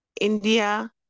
India